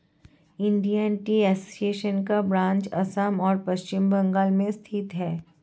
Indian Tea Association का branch Assam और पश्चिम बंगाल में स्थित है